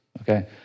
okay